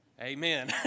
Amen